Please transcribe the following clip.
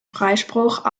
freispruch